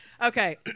Okay